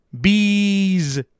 bees